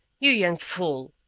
you young fool,